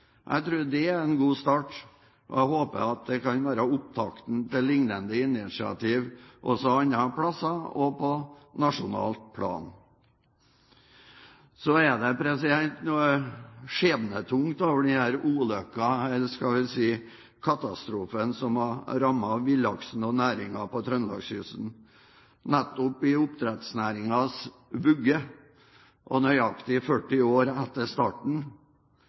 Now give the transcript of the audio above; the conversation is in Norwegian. Jeg tror det er en god start, og jeg håper at det kan være opptakten til lignende initiativ andre steder og på nasjonalt plan. Det er noe skjebnetungt over den ulykken, eller skal vi si katastrofen, som har rammet villaksen og næringen på Trøndelagskysten – nettopp i oppdrettsnæringens vugge nøyaktig 40 år etter starten.